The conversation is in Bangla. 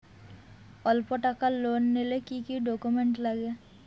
অল্প টাকার লোন নিলে কি কি ডকুমেন্ট লাগে?